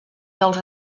dels